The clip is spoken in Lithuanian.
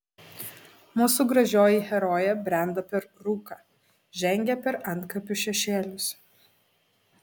mūsų gražioji herojė brenda per rūką žengia per antkapių šešėlius